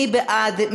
מי בעד?